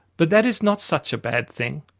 but that is not such a bad thing.